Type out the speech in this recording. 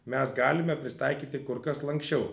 mes galime prisitaikyti kur kas lanksčiau